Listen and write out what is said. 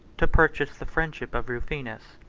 to purchase the friendship of rufinus,